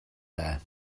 there